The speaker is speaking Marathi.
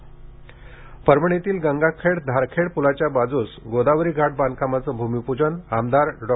घाट परभणीतील गंगाखेड धारखेड पुलाच्या बाजूस गोदावरी घाट बांधकामाचे भूमिपूजन आमदार डॉ